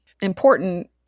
important